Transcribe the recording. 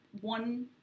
one